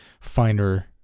finer